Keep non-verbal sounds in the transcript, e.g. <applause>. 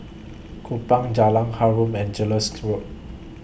Kupang Jalan Harum and <unintelligible> Road